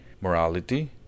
morality